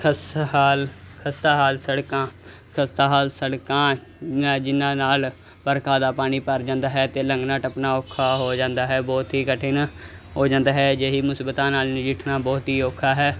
ਖਸ ਹਾਲ ਖਸਤਾ ਹਾਲ ਸੜਕਾਂ ਖਸਤਾ ਹਾਲ ਸੜਕਾਂ ਜਿਹਨਾਂ ਨਾਲ ਵਰਖਾ ਦਾ ਪਾਣੀ ਭਰ ਜਾਂਦਾ ਹੈ ਅਤੇ ਲੰਘਣਾ ਟੱਪਣਾ ਔਖਾ ਹੋ ਜਾਂਦਾ ਹੈ ਬਹੁਤ ਹੀ ਕਠਿਨ ਹੋ ਜਾਂਦਾ ਹੈ ਅਜਿਹੀ ਮੁਸੀਬਤਾਂ ਨਾਲ ਨਜਿੱਠਣਾ ਬਹੁਤ ਹੀ ਔਖਾ ਹੈ